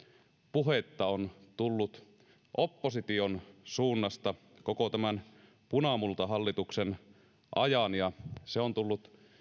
puhetta on tullut opposition suunnasta koko tämän punamultahallituksen ajan se on tullut